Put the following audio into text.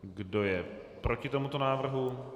Kdo je proti tomuto návrhu?